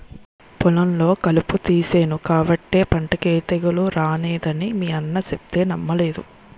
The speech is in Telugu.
పొలంలో కలుపు తీసేను కాబట్టే పంటకి ఏ తెగులూ రానేదని మీ అన్న సెప్తే నమ్మలేదు